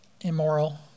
immoral